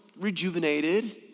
rejuvenated